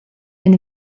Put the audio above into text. ein